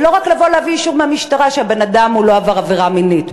ולא רק להביא אישור מהמשטרה שהבן-אדם לא עבר עבירה מינית,